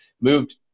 Moved